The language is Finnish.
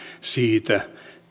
siitä